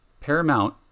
Paramount